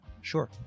Sure